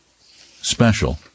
special